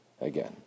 again